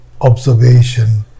observation